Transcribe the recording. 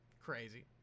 crazy